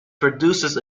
produces